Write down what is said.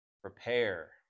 prepare